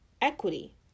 equity